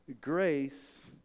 grace